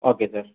okay sir